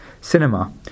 Cinema